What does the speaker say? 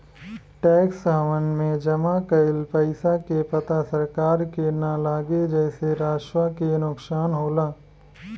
tax haven में जमा कइल पइसा के पता सरकार के ना लागे जेसे राजस्व के नुकसान होला